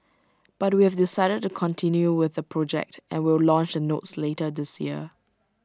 but we have decided to continue with the project and will launch the notes later this year